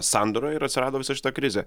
sandūroje ir atsirado visa šita krizė